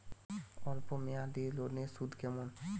অল্প মেয়াদি লোনের সুদ কেমন?